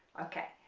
okay.